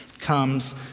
comes